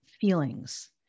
feelings